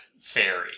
fairy